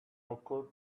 occur